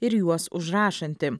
ir juos užrašanti